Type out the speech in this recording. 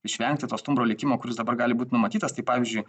išvengti to stumbro likimo kuris dabar gali būt numatytas tai pavyzdžiui